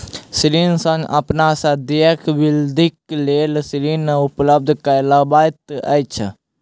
ऋण संघ अपन सदस्यक वृद्धिक लेल ऋण उपलब्ध करबैत अछि